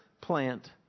plant